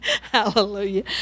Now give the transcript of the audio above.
Hallelujah